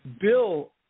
bill